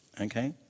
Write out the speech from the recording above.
okay